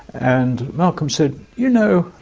and malcolm said, you know,